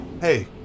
Hey